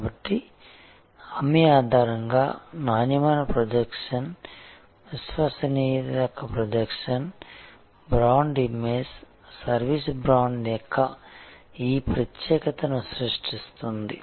కాబట్టి హామీ ఆధారంగా నాణ్యమైన ప్రొజెక్షన్ విశ్వసనీయత యొక్క projection brand image service brand యొక్క ఈ ప్రత్యేకతను సృష్టిస్తుంది